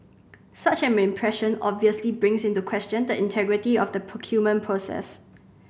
such an impression obviously brings into question the integrity of the procurement process